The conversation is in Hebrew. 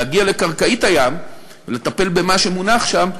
להגיע לקרקעית הים ולטפל במה שמונח שם,